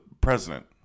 president